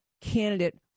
candidate